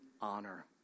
honor